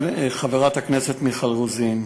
חברת הכנסת מיכל רוזין,